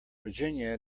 virginia